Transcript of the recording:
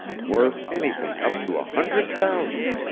worth anything up to a hundred thousand.